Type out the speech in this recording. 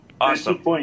Awesome